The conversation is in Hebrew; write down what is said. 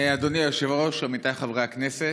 אדוני היושב-ראש, עמיתיי חברי הכנסת,